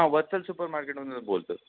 हा वत्सल सुपर मार्केटमधून बोलतो